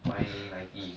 nine ninety